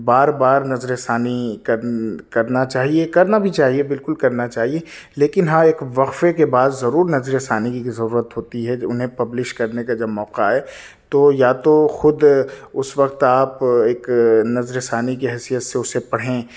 بار بار نظر ثانی کرنا کرنا چاہیے کرنا بھی چاہیے بالکل کرنا چاہیے لیکن ہاں ایک وقفے کے بعد ضرور نظر ثانی کی ضرورت ہوتی ہے جو انہیں پبلش کرنے کے جب موقعہ آئے تو يا تو خود اس وقت آپ ايک نظر ثانى كى حيثيت سے اسے پڑھیں